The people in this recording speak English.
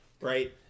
right